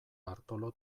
bartolo